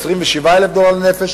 27,000 דולר לנפש,